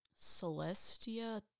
Celestia